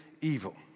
evil